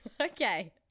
Okay